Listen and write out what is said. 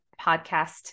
podcast